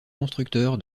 constructeur